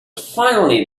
finally